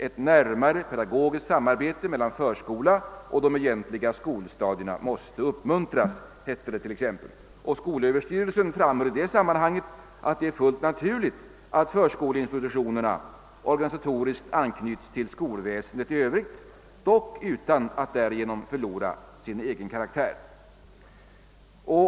Ett närmare pedagogiskt samarbete mellan förskola och de egentliga skolstadierna måste uppmuntras, hette det t.ex. Och skolöverstyrelsen framhöll i det sammanhanget att det är fullt naturligt att förskoleinstitutionerna organisatoriskt anknyts till skolväsendet i Övrigt, dock utan att därigenom förlora sin egen karaktär.